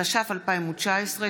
התש"ף 2019,